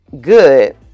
good